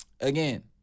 Again